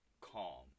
calm